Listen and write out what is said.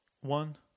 one